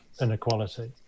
inequality